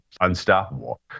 unstoppable